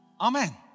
Amen